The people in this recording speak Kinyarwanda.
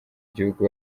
gihugu